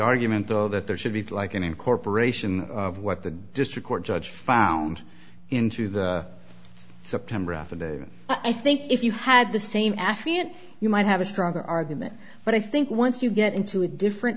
argument though that there should be like an incorporation of what the district court judge found in to the september affidavit i think if you had the same afeared you might have a stronger argument but i think once you get into a different